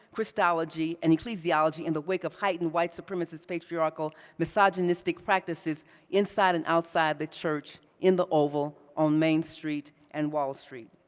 christology, and ecclesiology, in the wake of heightened white supremacist, patriarchal, misogynistic practices inside and outside the church, in the oval, on main street and wall street.